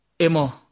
emo